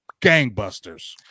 gangbusters